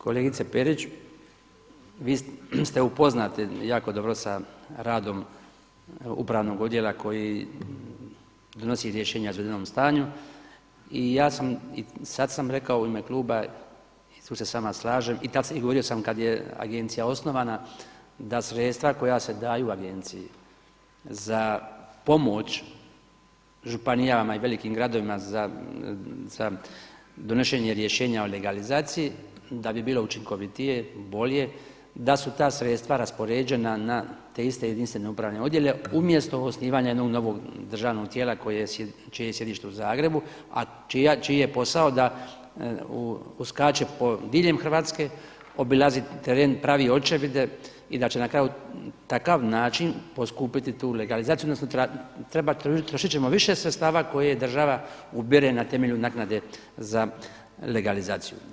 Kolegice Perić, vi ste upoznati jako dobro sa radom upravnog odjela koji donosi rješenja o izvedenom stanju i ja sam i sada sam rekao u ime kluba i tu se s vama slažem i govorio sam kada je agencija koja je osnovana, da sredstva koja se daju agenciji za pomoć županijama i velikim gradovima za donošenje rješenja o legalizaciji da bi bilo učinkovitije, bolje da su ta sredstva raspoređena na te iste jedinstvene upravne odjele, umjesto osnivanja jednog novog državnog tijela čije je sjedište u Zagrebu, a čiji je posao da uskače diljem Hrvatske obilazi teren, pravi očevide i da će na kraju takav način poskupiti tu legalizaciju odnosno utrošit ćemo više sredstava koje država ubere na temelju naknade za legalizaciju.